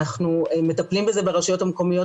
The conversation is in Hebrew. אנחנו מטפלים בזה ברשויות המקומיות,